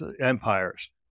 empires